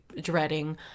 dreading